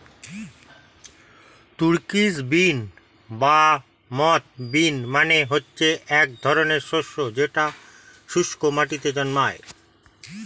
Turkish bean বা moth bean মানে হচ্ছে এক ধরনের শস্য যেটা শুস্ক মাটিতে জন্মায়